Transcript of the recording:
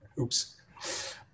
oops